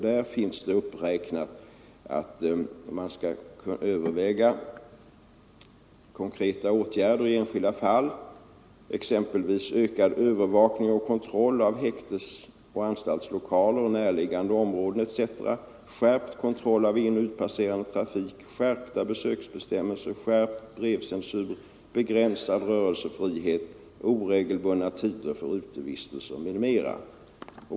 Där finns uppräknat att man skall överväga konkreta åtgärder i enskilda fall, exempelvis ökad övervakning och kontroll av häktesoch anstaltslokaler samt närliggande områden, skärpt kontroll av inoch utpasserande trafik, skärpta besöksbestämmelser, skärpt brevcensur, begränsad rörelsefrihet och oregelbundna tider för utevistelse.